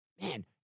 man